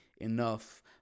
enough